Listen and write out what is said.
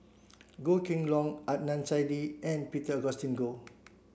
Goh Kheng Long Adnan Saidi and Peter Augustine Goh